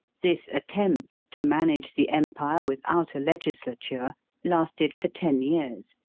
this attempt to manage the empire without a legislature lasted for ten years,